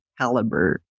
caliber